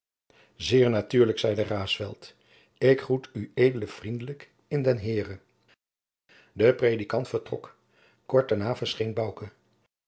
zeer natuurlijk zeide raesfelt ik groet ued vriendelijk in den heere de predikant vertrok kort daarna verscheen